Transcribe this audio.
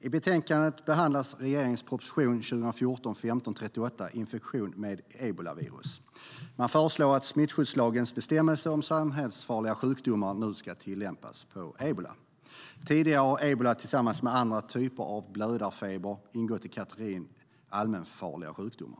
I betänkandet behandlas regeringens proposition 2014/15:38 Infektion med ebolavirus . Infektion med ebolavirus Man föreslår att smittskyddslagens bestämmelser om samhällsfarliga sjukdomar nu ska tillämpas på ebola. Tidigare har ebola tillsammans med andra typer av blödarfeber ingått i kategorin allmänfarliga sjukdomar.